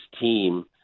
team